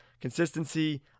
Consistency